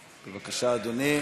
בבקשה, אדוני.